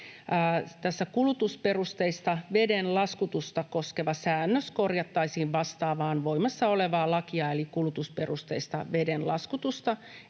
kulutusperusteista veden laskutusta koskeva säännös korjattaisiin vastaamaan voimassa olevaa lakia, eli kulutusperusteista veden laskutusta